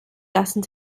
lassen